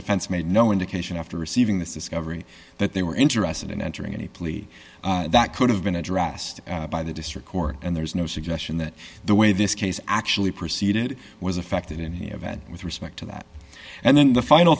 defense made no indication after receiving this discovery that they were interested in entering any plea that could have been addressed by the district court and there's no suggestion that the way this case actually proceeded was affected in any event with respect to that and then the final